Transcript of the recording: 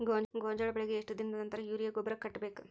ಗೋಂಜಾಳ ಬೆಳೆಗೆ ಎಷ್ಟ್ ದಿನದ ನಂತರ ಯೂರಿಯಾ ಗೊಬ್ಬರ ಕಟ್ಟಬೇಕ?